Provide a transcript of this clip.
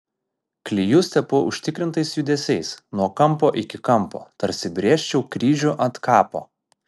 klijus tepu užtikrintais judesiais nuo kampo iki kampo tarsi brėžčiau kryžių ant kapo